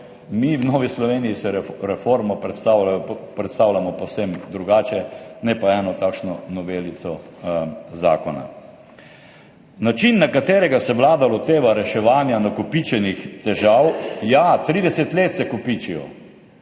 Mi v Novi Sloveniji si reformo predstavljamo povsem drugače, ne pa eno takšno novelico zakona. Način, na katerega se Vlada loteva reševanja nakopičenih težav – ja, 30 let se kopičijo,